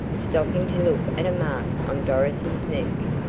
stopping to look at a mark on dorothy's neck.